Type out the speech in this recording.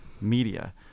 Media